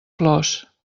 flors